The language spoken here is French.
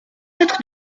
être